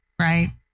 right